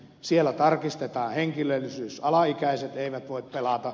siellä tarkistetaan henkilöllisyys alaikäiset eivät voi pelata